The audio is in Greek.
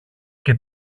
και